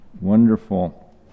wonderful